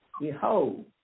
Behold